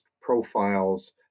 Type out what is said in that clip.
profiles